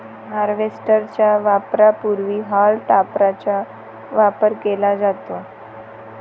harvester च्या वापरापूर्वी हॉल टॉपरचा वापर केला जातो